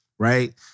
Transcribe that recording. right